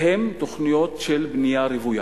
הן תוכניות של בנייה רוויה,